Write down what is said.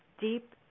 deep